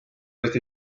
neist